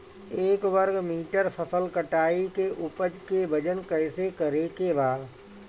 एक वर्ग मीटर फसल कटाई के उपज के वजन कैसे करे के बा?